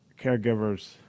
caregivers